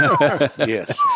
Yes